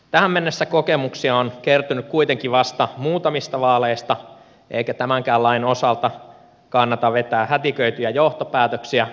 tähän mennessä kokemuksia on kertynyt kuitenkin vasta muutamista vaaleista eikä tämänkään lain osalta kannata vetää hätiköityjä johtopäätöksiä